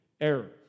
error